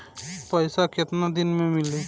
पैसा केतना दिन में मिली?